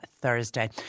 Thursday